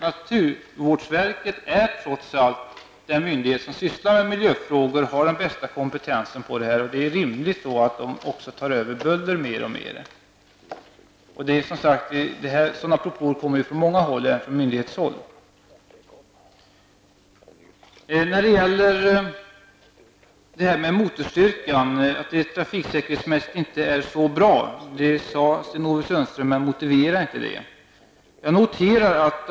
Naturvårdsverket är trots allt den myndighet som sysslar med miljöfrågor och har den bästa kompetensen på detta område. Det är rimligt att verket mer och mer tar över frågor om buller. Sådana propåer kommer från många håll, även från myndighetshåll. Sten-Ove Sundström sade att motorstyrkan trafiksäkerhetsmässigt inte är så bra. Han motiverade inte detta.